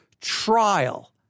trial